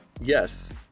Yes